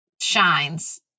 shines